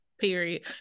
Period